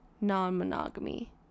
non-monogamy